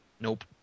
Nope